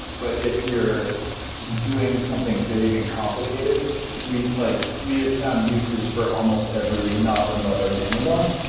but if you're doing something big and complicated we like we have found uses for almost every knob and lever in amazon.